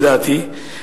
לדעתי.